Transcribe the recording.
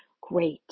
Great